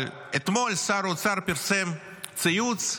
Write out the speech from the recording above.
אבל אתמול שר האוצר פרסם ציוץ,